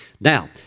Now